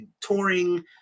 touring